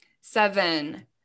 Seven